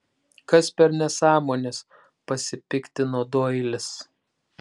kas per nesąmonės pasipiktino doilis